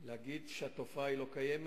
להגיד שהתופעה לא קיימת?